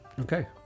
Okay